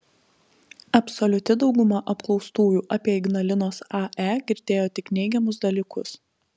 absoliuti dauguma apklaustųjų apie ignalinos ae girdėjo tik neigiamus dalykus